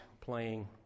playing